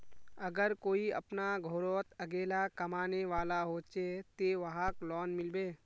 अगर कोई अपना घोरोत अकेला कमाने वाला होचे ते वहाक लोन मिलबे?